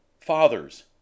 Fathers